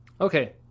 Okay